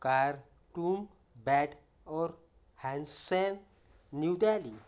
cartoon bat or Hanssen New Delhi